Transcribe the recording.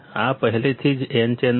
આ પહેલેથી જ N ચેનલ છે